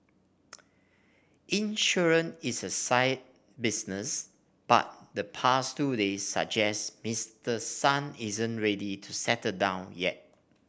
insurance is a staid business but the past two days suggest Mister Son isn't ready to settle down yet